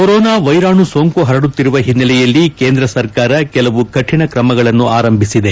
corona ವೈರಾಣು ಸೋಂಕು ಪರಡುತ್ತಿರುವ ಹಿನ್ನೆಲೆಯಲ್ಲಿ ಕೇಂದ್ರ ಸರ್ಕಾರ ಕೆಲವು ಕೌಣ ಕ್ರಮಗಳನ್ನು ಆರಂಭಿಸಿದೆ